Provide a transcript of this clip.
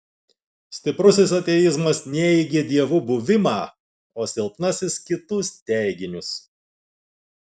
stiprusis ateizmas neigia dievų buvimą o silpnasis kitus teiginius